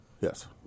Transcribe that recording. Yes